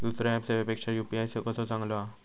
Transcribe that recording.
दुसरो ऍप सेवेपेक्षा यू.पी.आय कसो चांगलो हा?